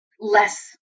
less